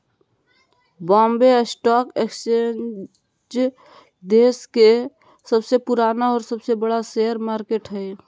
Bombay stock exchange देश के सबसे पुराना और सबसे बड़ा शेयर मार्केट हइ